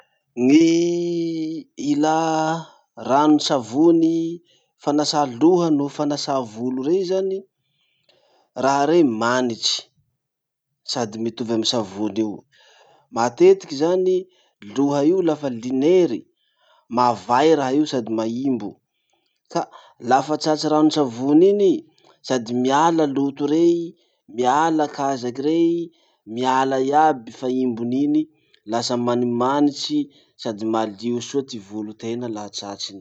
Gny ilà ranosavony fanasà loha noho fanasà volo rey zany, raha rey manitry sady mitovy amy savony io. Matetiky zany, loha io lafa linery, mavay raha io no sady maimbo. Ka lafa tratry rano savony iny i, sady miala loto rey, miala kazaky rey, mialay iaby faimbony iny, lasa manimanitsy sady malio soa ty volotena laha tratriny.